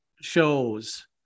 shows